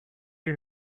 you